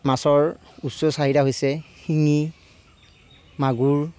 মাছৰ উচ্চ চাহিদা হৈছে শিঙি মাগুৰ